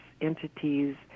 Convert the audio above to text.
entities